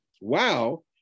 Wow